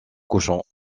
cochons